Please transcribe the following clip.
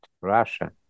Russia